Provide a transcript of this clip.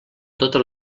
totes